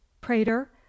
prater